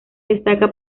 destaca